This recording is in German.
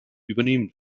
übernehmen